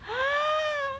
ha~